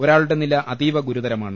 ഒരാളുടെ നില അതീവ ഗുരുതരമാണ്